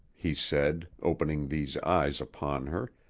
he said, opening these eyes upon her,